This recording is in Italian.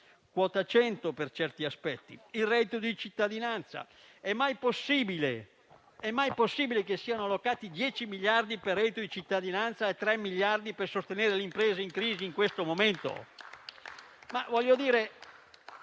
quota 100, per certi aspetti, e il reddito di cittadinanza. È mai possibile che siano allocati 10 miliardi per il reddito di cittadinanza e 3 per sostenere le imprese in crisi in questo momento?